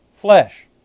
flesh